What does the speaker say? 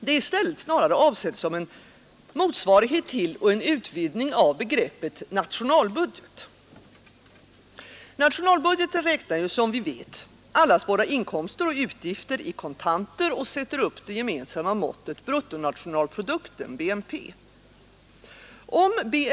Det är i stället snarare avsett som en motsvarighet till och en utvidgning av begreppet ”nationalbudget”. Nationalbudgeten räknar, som vi vet, allas våra inkomster och utgifter Nr 121 i kontanter, och sätter upp det gemensamma måttet bruttonational Onsdagen den produkten, BNP.